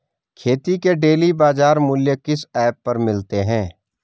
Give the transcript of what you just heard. खेती के डेली बाज़ार मूल्य किस ऐप पर मिलते हैं?